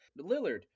Lillard